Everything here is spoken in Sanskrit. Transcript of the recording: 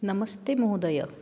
नमस्ते महोदय